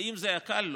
האם זה היה קל?